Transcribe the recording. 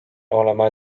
olema